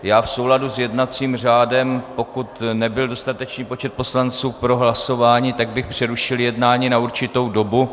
V souladu s jednacím řádem, pokud nebyl dostatečný počet poslanců pro hlasování, tak bych přerušil jednání na určitou dobu.